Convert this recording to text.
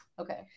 Okay